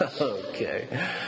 Okay